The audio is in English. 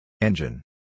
Engine